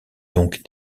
donc